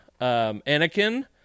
Anakin